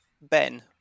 Ben